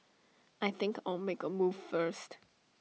I think I'll make A move first